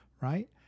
right